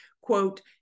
quote